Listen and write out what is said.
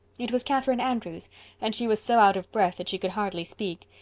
it was catherine andrews and she was so out of breath that she could hardly speak,